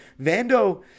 Vando